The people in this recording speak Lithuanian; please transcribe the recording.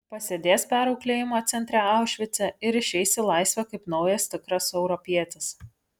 pasėdės perauklėjimo centre aušvice ir išeis į laisvę kaip naujas tikras europietis